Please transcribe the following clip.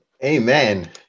Amen